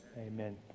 amen